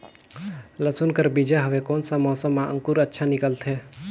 लसुन कर बीजा हवे कोन सा मौसम मां अंकुर अच्छा निकलथे?